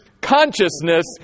consciousness